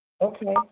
Okay